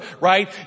right